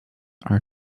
are